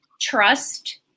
trust